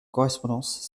correspondance